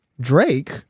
Drake